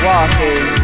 Walking